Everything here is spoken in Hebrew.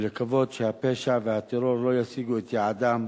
ולקוות שהפשע והטרור לא ישיגו את יעדם,